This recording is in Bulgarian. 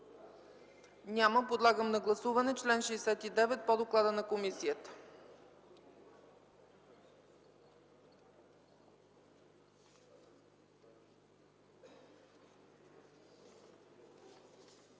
Няма. Подлагам на гласуване чл. 69 по доклада на комисията.